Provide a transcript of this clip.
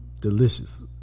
Delicious